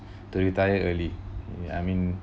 to retire early ya I mean